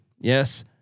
Yes